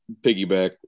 piggyback